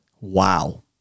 wow